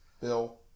Bill